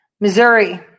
Missouri